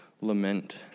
lament